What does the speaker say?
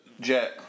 Jack